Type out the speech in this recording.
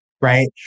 right